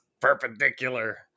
perpendicular